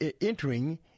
entering